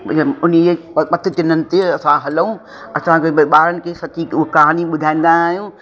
हुन उन्हीअ पद चिन्हनि ते असां हलूं असां ॿारनि खे सॼी कहानी ॿुधाईंदा आहियूं